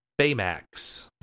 Baymax